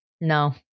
No